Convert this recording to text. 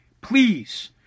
please